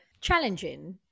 challenging